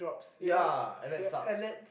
ya and that sucks